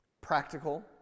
practical